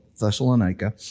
Thessalonica